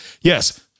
Yes